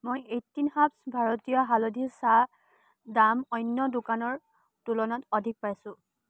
মই eighteen herbs ভাৰতীয় হালধি চাহ দাম অন্য দোকানৰ তুলনাত অধিক পাইছোঁ